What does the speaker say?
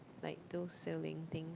like those sailing thing